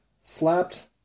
slapped